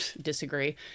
disagree